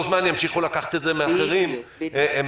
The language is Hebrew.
זמן ימשיכו לקחת את זה מאחרים מחדש.